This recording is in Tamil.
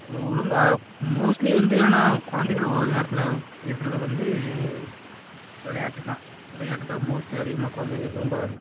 ஒழுங்கா மோஸ்ட்லி வந்து ஆனால் குழந்தைகள் ஓய்வு நேரத்தில் இருக்கிறத வந்து விளையாட்டு தான் விளையாட்டு தான் மோஸ்ட்லி அதிகமாக குழந்தைக விரும்புகிறாங்க